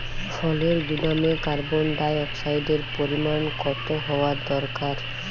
ফলের গুদামে কার্বন ডাই অক্সাইডের পরিমাণ কত হওয়া দরকার?